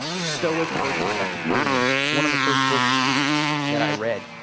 stoic versus epicurean. one of the first books that i read,